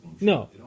No